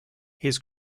his